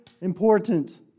important